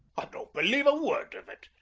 i don't believe a word of it.